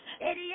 idiot